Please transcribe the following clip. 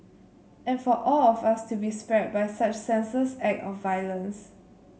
and for all of us to be spared by such senseless act of violence